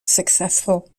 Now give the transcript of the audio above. successful